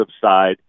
side